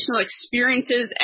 experiences